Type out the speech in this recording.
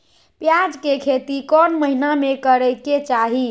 प्याज के खेती कौन महीना में करेके चाही?